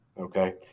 Okay